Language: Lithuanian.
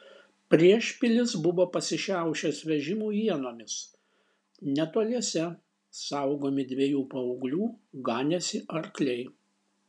priešpilis buvo pasišiaušęs vežimų ienomis netoliese saugomi dviejų paauglių ganėsi arkliai